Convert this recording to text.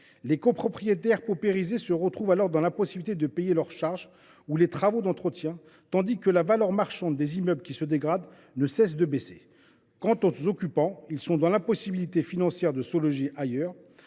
Les copropriétaires paupérisés se retrouvent alors dans l’impossibilité de payer leurs charges ou les travaux d’entretien, tandis que la valeur marchande des immeubles qui se dégradent ne cesse de baisser. Quant aux occupants, ils sont dans l’impossibilité financière de se loger ailleurs.